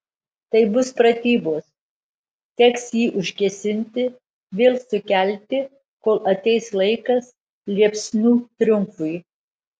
tai bus pratybos teks jį užgesinti vėl sukelti kol ateis laikas liepsnų triumfui